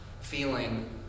feeling